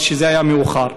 אבל כשזה היה מאוחר.